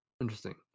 interesting